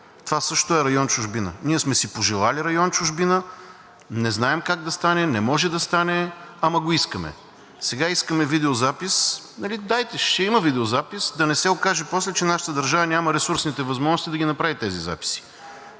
Това също е за район „Чужбина“. Ние сме си пожелали район „Чужбина“, не знаем как да стане, не може да стане, ама го искаме. Сега искаме видеозапис, дайте, ще има видеозапис, но да не се окаже после, че нашата държава няма ресурсни възможности да направи тези записи.